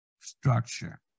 structure